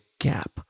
gap